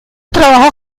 trabajos